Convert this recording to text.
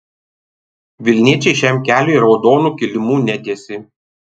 vilniečiai šiam keliui raudonų kilimų netiesė